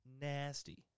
Nasty